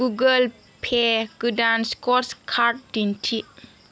Google pay गोदान scratch card दिन्थि